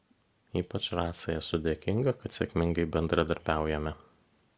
ypač rasai esu dėkinga kad sėkmingai bendradarbiaujame